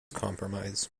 compromise